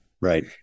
Right